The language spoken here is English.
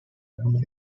family